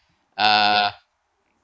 err